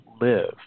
live